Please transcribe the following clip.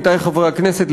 עמיתי חברי הכנסת,